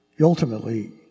ultimately